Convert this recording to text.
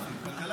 כלכלה.